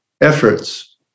efforts